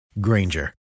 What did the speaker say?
Granger